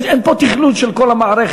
אין פה תכנון של כל המערכת.